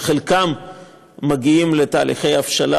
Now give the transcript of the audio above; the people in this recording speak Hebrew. וחלקם מגיעים לתהליכי הבשלה